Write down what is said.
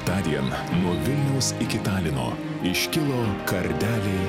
tą dieną nuo vilniaus iki talino iškilo kardeliai